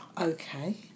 Okay